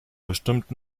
bestimmt